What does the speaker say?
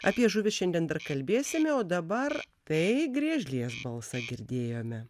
apie žuvis šiandien dar kalbėsime o dabar tai griežlės balsą girdėjome